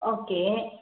okay